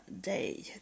day